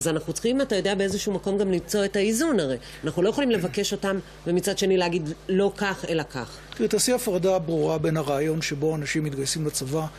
אז אנחנו צריכים, אתה יודע, באיזשהו מקום גם למצוא את האיזון הרי. אנחנו לא יכולים לבקש אותם ומצד שני להגיד לא כך אלא כך. תראי, תעשי הפרדה ברורה בין הרעיון שבו אנשים מתגייסים לצבא.